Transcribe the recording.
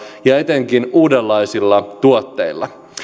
ja etenkin uudenlaisilla tuotteilla